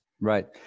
right